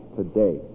today